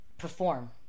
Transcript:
perform